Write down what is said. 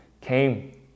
came